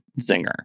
zinger